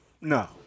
No